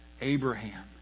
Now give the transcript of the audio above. Abraham